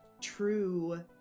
true